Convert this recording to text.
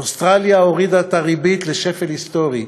אוסטרליה הורידה את הריבית לשפל היסטורי,